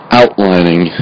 outlining